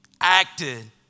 acted